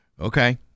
Okay